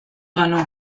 ganó